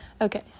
okay